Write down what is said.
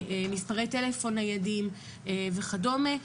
מספרי טלפון ניידים וכדומה,